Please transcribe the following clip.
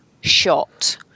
shot